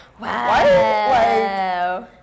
wow